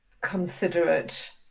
considerate